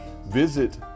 Visit